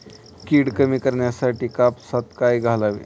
कीड कमी करण्यासाठी कापसात काय घालावे?